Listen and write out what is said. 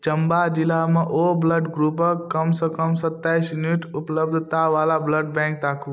चम्बा जिलामे ओ ब्लड ग्रुपक कम सँ कम सत्ताइस यूनिट उपलब्धतावला ब्लड बैंक ताकू